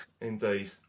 Indeed